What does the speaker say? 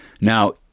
Now